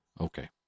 Okay